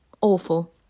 awful